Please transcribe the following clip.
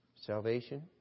Salvation